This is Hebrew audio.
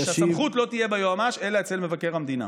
ושהסמכות לא תהיה אצל היועמ"ש אלא אצל מבקר המדינה.